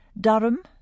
Durham